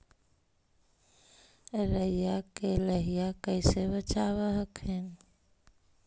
राईया के लाहि कैसे बचाब हखिन?